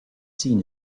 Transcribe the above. seen